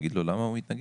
להגיד לו למה הוא מתנגד.